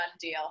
deal